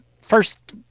first